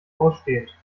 ausstehend